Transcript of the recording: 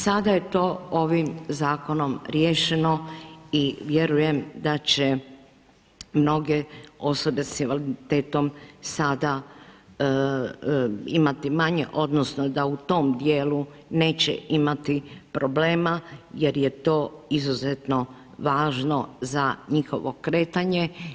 Sada je to ovim zakonom riješeno i vjerujem da će mnoge osobe s invaliditetom sada imati manje odnosno da u tom dijelu neće imati problema jer je to izuzetno važno za njihovo kretanje.